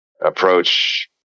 approach